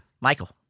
Michael